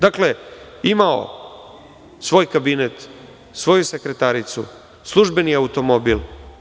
Dakle, imao je svoj kabinet, svoju sekretaricu, službeni automobil.